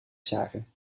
zagen